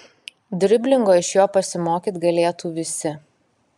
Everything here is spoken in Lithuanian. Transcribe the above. driblingo iš jo pasimokyt galėtų visi